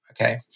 Okay